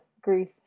grief